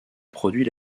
produit